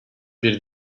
bir